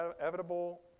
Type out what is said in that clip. inevitable